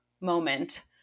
moment